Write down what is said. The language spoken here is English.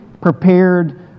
prepared